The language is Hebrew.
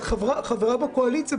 את חברה בקואליציה.